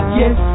yes